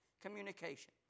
communication